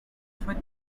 for